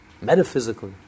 metaphysically